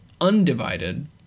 undivided